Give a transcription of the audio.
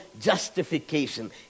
justification